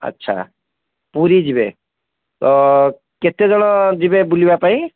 ଆଚ୍ଛା ପୁରୀ ଯିବେ ତ କେତେ ଜଣ ଯିବେ ବୁଲିବା ପାଇଁ